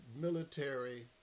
military